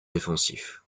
défensif